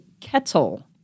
Kettle